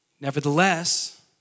Nevertheless